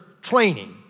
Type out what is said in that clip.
training